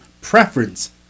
preference